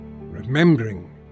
remembering